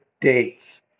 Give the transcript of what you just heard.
dates